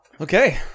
Okay